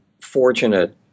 fortunate